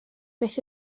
beth